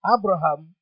Abraham